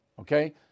Okay